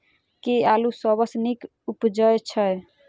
केँ आलु सबसँ नीक उबजय छै?